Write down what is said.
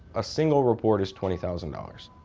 a single report is twenty thousand dollars.